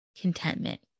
contentment